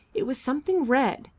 it was something red,